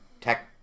tech